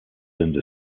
into